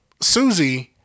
Susie